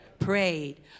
prayed